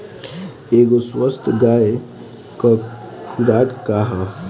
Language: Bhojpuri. एगो स्वस्थ गाय क खुराक का ह?